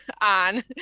on